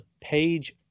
page